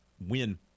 win